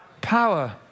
power